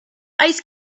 ice